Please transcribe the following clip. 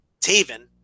Taven